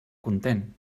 content